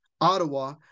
Ottawa